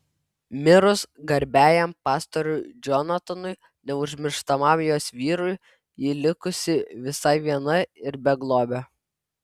mirus garbiajam pastoriui džonatanui neužmirštamam jos vyrui ji likusi visai viena ir beglobė